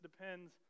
depends